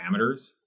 parameters